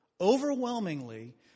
overwhelmingly